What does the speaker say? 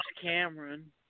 Cameron